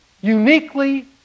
Uniquely